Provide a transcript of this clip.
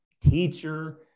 teacher